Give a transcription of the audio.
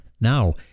Now